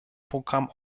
programm